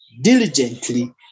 diligently